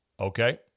Okay